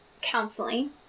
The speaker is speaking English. counseling